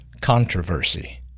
controversy